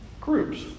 groups